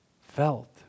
felt